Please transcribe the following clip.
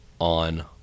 on